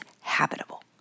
habitable